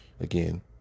again